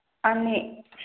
अनि